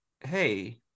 hey